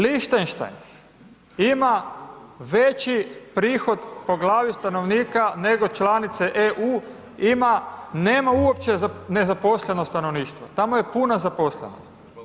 Lichtenstein ima veći prihod po glavi stanovnika nego članice EU, nema uopće nezaposleno stanovništvo, tamo je puna zaposlenost.